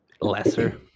lesser